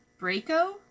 Braco